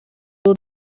will